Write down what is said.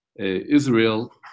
Israel